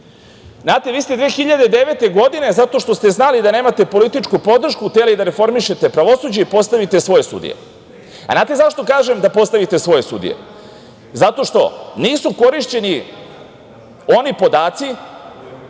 Znate, vi ste 2009. godine zato što ste znali da nemate političku podršku hteli da reformišete pravosuđe i postavite svoje sudije. A znate zašto kažem, da postavite svoje sudije? Zato što nisu korišćeni oni podaci